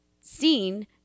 seen